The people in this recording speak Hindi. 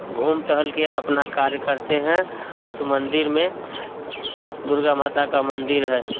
घूम टहल कर अपना कार्य करते हैं उस मंदिर में दुर्गा माता का मंदिर है